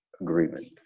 agreement